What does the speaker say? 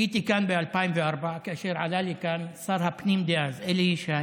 הייתי כאן ב-2004 כאשר עלה לכאן שר הפנים דאז אלי ישי,